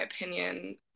opinion